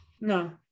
No